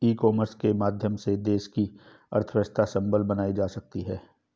e commerce के माध्यम से देश की अर्थव्यवस्था सबल बनाई जा सकती है